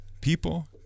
people